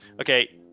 Okay